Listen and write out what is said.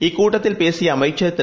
இக்கூட்டததில் பேசியஅமைச்சர் திரு